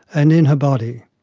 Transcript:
and in her body.